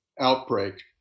outbreak